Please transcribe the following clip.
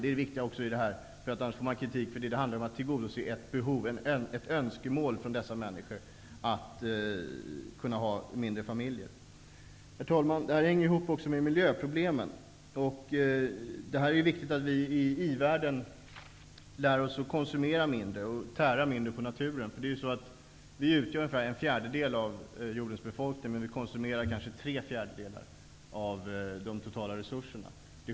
Det viktiga i detta är att det handlar om att tillgodose ett behov, ett önskemål, från dessa människor att kunna ha mindre familjer. Herr talman! Detta hänger också ihop med miljöproblemen. Det är viktigt att vi i i-världen lär oss att konsumera mindre och tära mindre på naturen. Vi utgör ungefär en fjärdedel av jordens befolkning, men vi konsumerar kanske tre fjärdedelar av de totala resurserna.